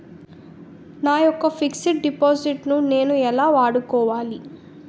నా యెక్క fixed deposit ను నేను ఎలా వాడుకోవాలి?